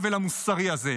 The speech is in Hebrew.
די לעוול המוסרי הזה.